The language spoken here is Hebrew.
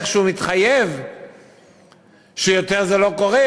איכשהו להתחייב שיותר זה לא קורה,